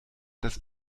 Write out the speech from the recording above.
das